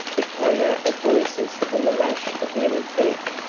the clamor of voices and the rush of many feet,